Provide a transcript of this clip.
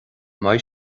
mbeidh